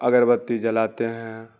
اگربتی جلاتے ہیں